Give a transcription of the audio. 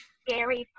scary